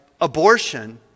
abortion